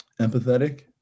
Empathetic